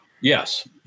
Yes